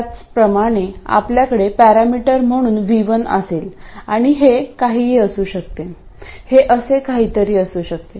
त्याच प्रमाणे आपल्याकडे पॅरामीटर म्हणून V1 असेल आणि हे काहीही असू शकते हे असे काहीतरी असू शकते